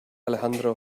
alejandro